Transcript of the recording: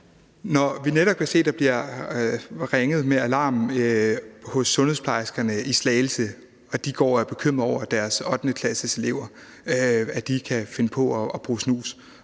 Når vi netop kan se, at der bliver ringet med alarmen hos sundhedsplejerskerne i Slagelse, fordi de går og er bekymret over, at deres 8. klasseelever kan finde på at bruge snus,